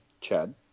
Chad